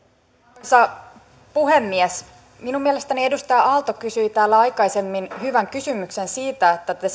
arvoisa puhemies minun mielestäni edustaja aalto kysyi täällä aikaisemmin hyvän kysymyksen siitä että te te